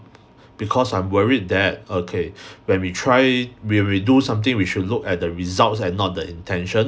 because I'm worried that okay when we try when we do something we should look at the results and not the intention